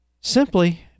simply